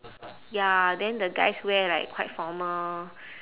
ya then the guys wear like quite formal